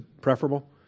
preferable